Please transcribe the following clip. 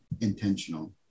intentional